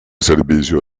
servicio